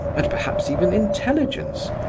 and perhaps even intelligence,